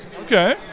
Okay